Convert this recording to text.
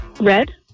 Red